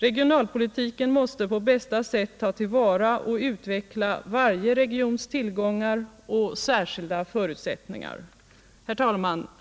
Regionalpolitiken måste på bästa sätt ta till vara och utveckla varje regions tillgångar och särskilda förutsättningar. Herr talman!